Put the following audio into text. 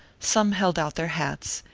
some held out their hats,